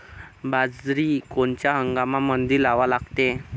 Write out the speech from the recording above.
बाजरी कोनच्या हंगामामंदी लावा लागते?